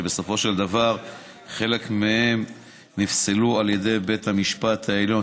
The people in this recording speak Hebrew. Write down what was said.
ובסופו של דבר חלק מהם נפסלו על ידי בית המשפט העליון.